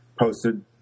posted